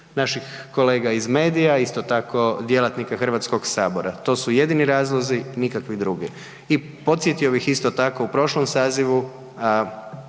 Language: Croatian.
naših kolega iz medija isto tako djelatnika Hrvatskog sabora. To su jedini razlozi, nikakvi drugi. I podsjetio bih isto tako u prošlom sazivu,